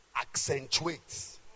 accentuates